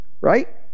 right